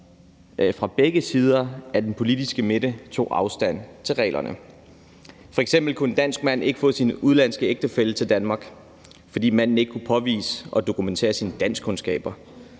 på begge sider af den politiske midte tog afstand fra reglerne. F.eks. kunne en dansk mand ikke få sin udenlandske ægtefælle til Danmark, fordi manden ikke kunne påvise og dokumentere sine danskkundskaber.